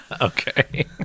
okay